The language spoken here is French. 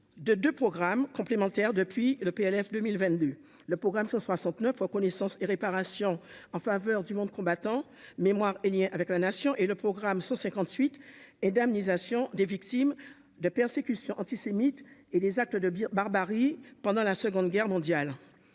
de de programmes complémentaires depuis le PLF 2022 le programme 69 Reconnaissance et réparation en faveur du monde combattant, mémoire et Liens avec la nation et le programme 158 et d'armes nisation des victimes de persécutions antisémites et les actes de barbarie pendant la Seconde Guerre mondiale,